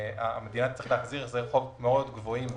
המדינה תצטרך להחזיר החזרי חוב מאוד גבוהים בינואר,